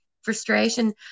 frustration